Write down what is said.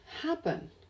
happen